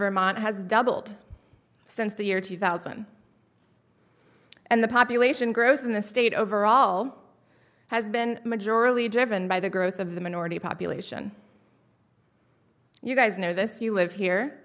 vermont has doubled since the year two thousand and the population growth in the state overall has been majority driven by the growth of the minority population you guys know this you live here